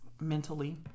mentally